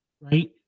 right